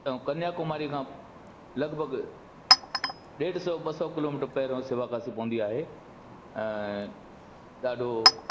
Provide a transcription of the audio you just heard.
ऐं कन्याकुमारी लॻभॻि ॾेढ सौ ॿ सौ किलोमीटर पहिरों शिवकाशी पवंदी आहे ऐं ॾाढो